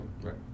right